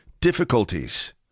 difficulties